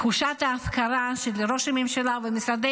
תחושת ההפקרה של ראש הממשלה ומשרדי